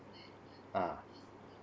ah